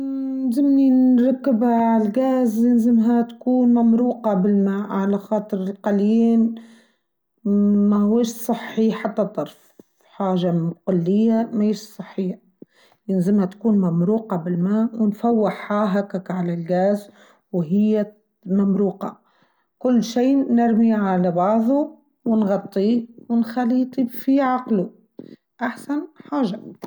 ااا يلزمني نركبها على الجاز ويلزمها تكون ممروقة بالماء على خاطر القليل ماهواش صحي حتى الطرف حاجه نقليلها ماهيش صحيا يلزمها تكون ممروقة بالماء ونفوحها هاكاكا على الجاز وهي ممروقة كل شيء نرميه على بعضه ونغطيه ونخليه في عقله أحسن حاجه.